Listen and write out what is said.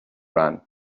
run